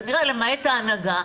כנראה למעט ההנהגה,